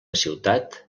ciutat